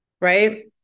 right